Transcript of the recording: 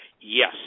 Yes